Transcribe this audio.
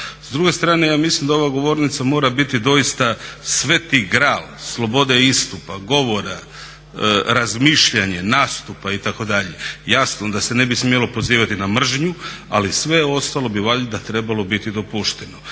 S druge strane ja mislim da ova govornica mora biti doista sveti gral slobode istupa, govora, razmišljanja, nastupa itd.. Jasno da se ne bi smjelo pozivati na mržnju ali sve ostalo bi valjda trebalo biti dopušteno.